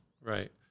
Right